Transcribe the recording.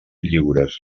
lliures